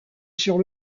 sur